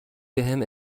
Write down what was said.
بهم